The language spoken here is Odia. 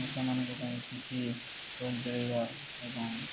ମଶା ମାନଙ୍କ ପାଇଁ କିଛି ଏବଂ